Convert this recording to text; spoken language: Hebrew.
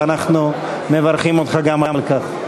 ואנחנו מברכים אותך גם על כך.